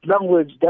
language